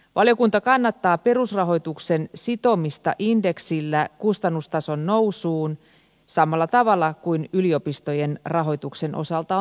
valiokunta kannattaa perusrahoituksen sitomista indeksillä kustannustason nousuun samalla tavalla kuin yliopistojen rahoituksen osalta on tehty